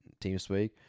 TeamSpeak